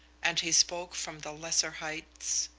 and he spoke from the lesser heights.